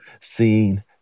seen